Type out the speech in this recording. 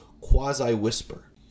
quasi-whisper